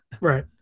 Right